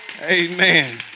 Amen